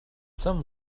some